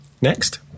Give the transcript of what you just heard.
Next